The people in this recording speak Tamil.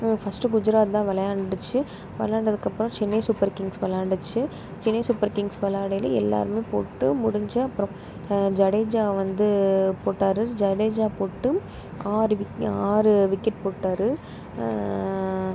ஃபர்ஸ்ட் குஜராத் தான் விளையாண்டுச்சி விளையாண்டதுக்கு அப்புறம் சென்னை சூப்பர் கிங்ஸ் விளையாண்டுச்சி சென்னை சூப்பர் கிங்ஸ் விளையாடையில எல்லாருமே போட்டு முடிஞ்ச அப்புறம் ஜடேஜா வந்து போட்டார் ஜடேஜா போட்டும் ஆறு விக் ஆறு விக்கெட் போட்டார்